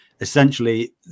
essentially